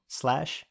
slash